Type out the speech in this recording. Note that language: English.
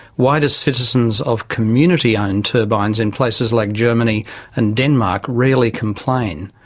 why do citizens of community owned turbines in places like germany and denmark rarely complain?